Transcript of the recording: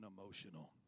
emotional